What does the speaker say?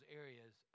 areas